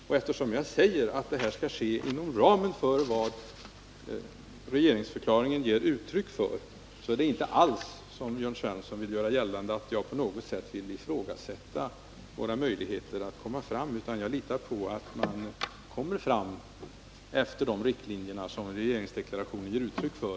Och eftersom jag säger att det här skall ske inom ramen för vad regeringsförklaringen ger uttryck för, är det inte alls så — som Jörn Svensson vill göra gällande — att jag på något sätt vill ifrågasätta våra möjligheter att få gehör, utan jag litar på att man i det kommande arbetet i kanslihuset kommer fram efter de riktlinjer regeringsdeklarationen ger uttryck för.